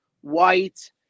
white